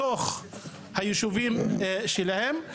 בתוך היישובים שלהם,